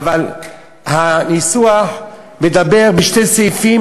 אבל הניסוח מדבר בשני סעיפים,